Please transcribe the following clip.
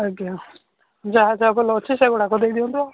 ଆଜ୍ଞା ଯାହା ଯାହା ଭଲ ଅଛି ସେଇଗୁଡ଼ାକ ଦେଇଦିଅନ୍ତୁ